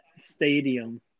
stadium